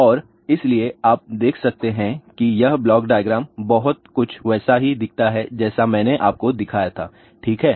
और इसलिए आप देख सकते हैं कि यह ब्लॉक डायग्राम बहुत कुछ वैसा ही दिखता है जैसा मैंने आपको दिखाया था ठीक है